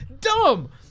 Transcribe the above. dumb